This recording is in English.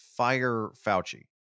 #FireFauci